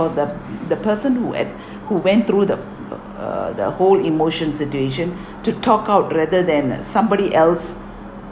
the the person who at who went through the uh uh the whole emotion situation to talk out rather than uh somebody else